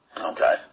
Okay